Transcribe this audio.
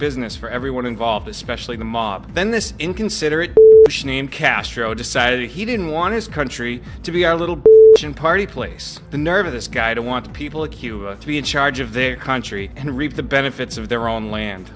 business for everyone involved especially the mob then this inconsiderate castro decided he didn't want his country to be our little party place the nerve of this guy to want people of cuba to be in charge of their country and reap the benefits of their own land